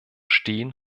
stehen